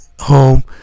home